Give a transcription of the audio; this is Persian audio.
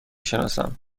شناسم